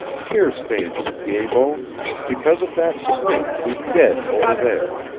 tear stains, pied-bot because of that snake who's dead over there.